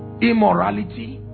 immorality